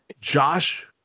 Josh